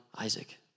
Isaac